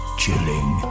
chilling